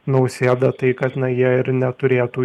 nausėda tai kad na jie ir neturėtų